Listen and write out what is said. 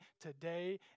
today